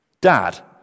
Dad